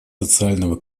социального